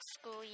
school